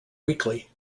weekly